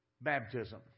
baptism